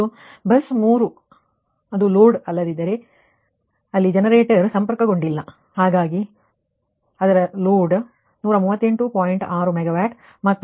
ಮತ್ತು ಬಸ್ 3 ಅಲ್ಲ ಅದು ಲೋಡ್ ಆದರೆ ಅಲ್ಲಿ ಜನರೇಟರ್ ಸಂಪರ್ಕಗೊಂಡಿಲ್ಲ ಹಾಗಾಗಿ 0 ಆದರೆ ಲೋಡ್ 138